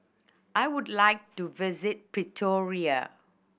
I would like to visit Pretoria